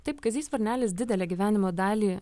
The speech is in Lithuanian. taip kazys varnelis didelę gyvenimo dalį